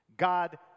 God